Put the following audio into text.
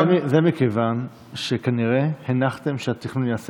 זה מכיוון שכנראה הנחתם שהתכנון ייעשה